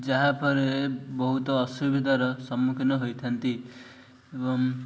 ଯାହାପରେ ବହୁତ ଅସୁବିଧାର ସମ୍ମୁଖୀନ ହୋଇଥାନ୍ତି ଏବଂ